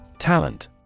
Talent